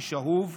איש אהוב,